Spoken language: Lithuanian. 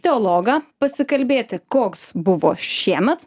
teologą pasikalbėti koks buvo šiemet